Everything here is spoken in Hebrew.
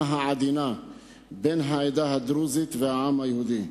העדינה בין העדה הדרוזית לעם היהודי,